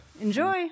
Enjoy